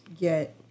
get